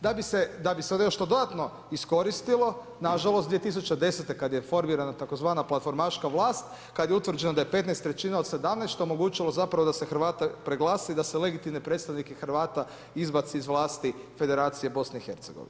Da bi sada još to dodatno iskoristilo, nažalost, 2010. kad je formirana tzv. platformaška vlast, kad je utvrđeno da je 15 trećina od 17 što je omogućila zapravo da se Hrvate preglasa i da se legitimne predstavnike Hrvata izbaci iz vlasti Federacije BiH.